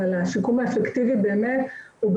אבל